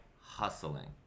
hustling